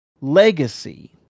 Legacy